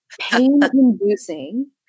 pain-inducing